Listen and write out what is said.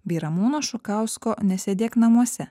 bei ramūno šukausko nesėdėk namuose